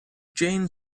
jane